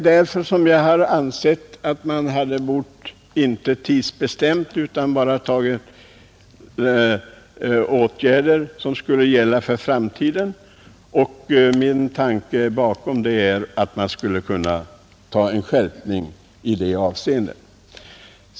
Därför har jag ansett att man inte hade bort låta reglerna gälla under en bestämd tid utan bara föreslå regler som skulle gälla för framtiden. Min tanke är att man borde genomföra en skärpning i det avseendet.